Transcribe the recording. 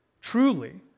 truly